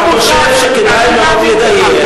אני חושב שכדאי מאוד לדייק,